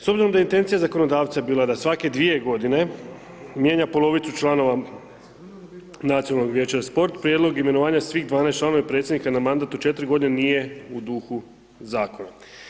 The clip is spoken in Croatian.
S obzirom da je intencija zakonodavca bila da svake 2 godine mijenja polovicu članova Nacionalnog vijeća za sport, prijedlog imenovanja svih 12 članova i predsjednika na mandat od 4 godine nije u dugu zakona.